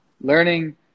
learning